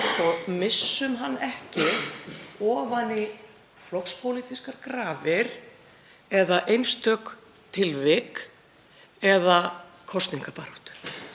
og missum hann ekki ofan í flokkspólitískar grafir einstök tilvik eða kosningabaráttu.